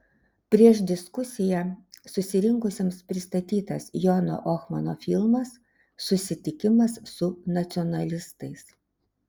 prieš diskusiją susirinkusiesiems pristatytas jono ohmano filmas susitikimas su nacionalistais